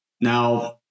Now